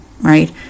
right